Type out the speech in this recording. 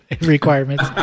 requirements